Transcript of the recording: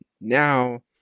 now